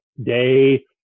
day